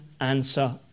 answer